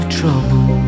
trouble